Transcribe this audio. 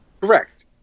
Correct